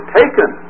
taken